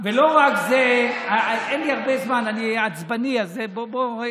אין לי הרבה זמן, אני עצבני, אז דקה.